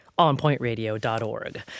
onpointradio.org